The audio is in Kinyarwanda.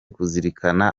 kuzirikana